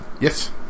Yes